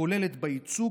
כוללת בייצוג,